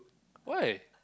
why